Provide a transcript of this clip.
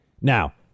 Now